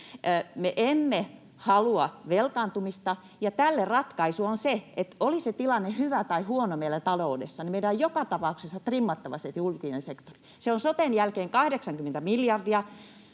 emme halua velkaantumista, ja tälle ratkaisu on se, että oli tilanne hyvä tai huono meillä taloudessa, niin meidän on joka tapauksessa trimmattava se julkinen sektori. Se on soten jälkeen 80 miljardia.